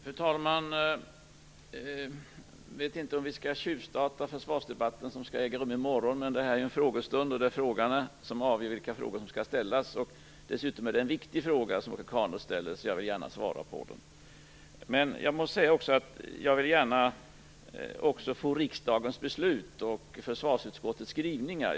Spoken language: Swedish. Fru talman! Jag vet inte om vi skall tjuvstarta försvarsdebatten, som skall äga rum i morgon. Men detta är ju en frågestund, och det är frågeställarna som avgör vilka frågor som skall ställas. Dessutom är det en viktig fråga om Åke Carnerö ställer, så jag vill gärna svara på den. Men jag skulle vilja avvakta riksdagens beslut och försvarsutskottets skrivningar.